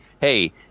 Hey